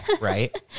Right